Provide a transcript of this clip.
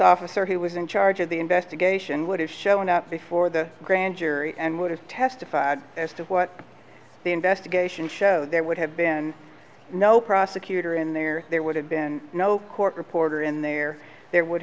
officer who was in charge of the investigation would have shown up before the grand jury and would have testified as to what the investigation showed there would have been no prosecutor in there there would have been no court reporter in there there would